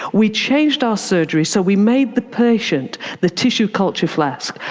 we changed our surgery so we made the patient the tissue culture flask.